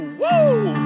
woo